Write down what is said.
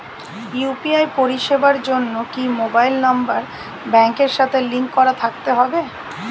UPI পরিষেবার জন্য কি মোবাইল নাম্বার ব্যাংকের সাথে লিংক করা থাকতে হবে?